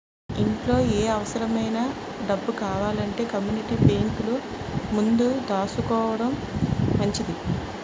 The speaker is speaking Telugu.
ఇంట్లో ఏ అవుసరమైన డబ్బు కావాలంటే కమ్మూనిటీ బేంకులో ముందు దాసుకోడం మంచిది